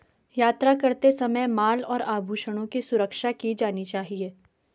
यात्रा करते समय माल और आभूषणों की सुरक्षा की जानी चाहिए